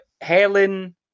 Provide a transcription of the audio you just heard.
Helen